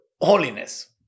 holiness